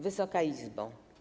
Wysoka Izbo!